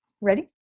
ready